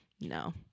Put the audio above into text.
no